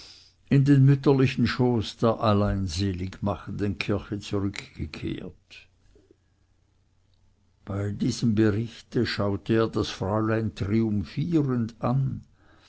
in den mütterlichen schoß der alleinseligmachenden kirche zurückgekehrt bei diesem berichte schaute er das fräulein triumphierend an